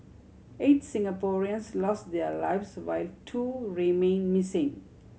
eight Singaporeans lost their lives while two remain missing